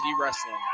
wrestling